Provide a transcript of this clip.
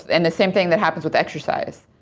and the same thing that happens with exercise.